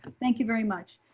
thank you very much.